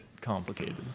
complicated